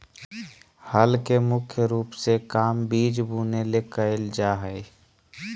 हल के मुख्य रूप से काम बिज बुने ले कयल जा हइ